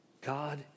God